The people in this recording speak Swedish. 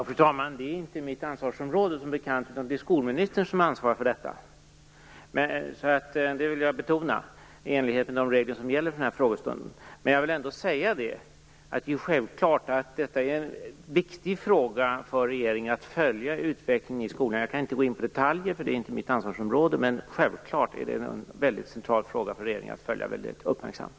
Fru talman! Det är som bekant inte mitt ansvarsområde, utan det är skolministern som har ansvar för detta. Det vill jag betona i enlighet med de regler som gäller för frågestunden. Jag vill ändå säga att det är självklart att det är en viktigt fråga för regeringen att följa utvecklingen i skolan. Jag kan inte gå in på detaljer, för det är inte mitt ansvarsområde, men självklart är det en central fråga för regeringen att följa väldigt uppmärksamt.